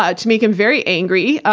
ah to make him very angry,